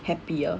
happier